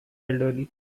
elderly